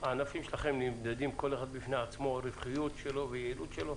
הענפים שלכם נמדדים כל אחד בפני עצמו מבחינת הרווחיות והיעילות שלו?